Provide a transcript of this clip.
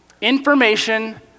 Information